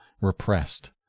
repressed